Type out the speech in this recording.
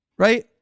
right